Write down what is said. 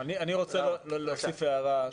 אני רוצה להוסיף הערה.